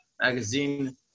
magazine